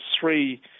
three